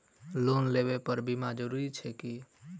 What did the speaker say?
Loan लेबऽ पर बीमा जरूरी छैक की?